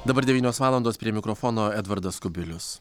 dabar devynios valandos prie mikrofono edvardas kubilius